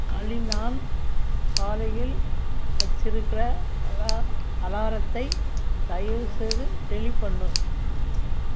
ஆலி நான் காலையில் வச்சிருக்கிற அலா அலாரத்தை தயவுசெய்து டெலீட் பண்ணு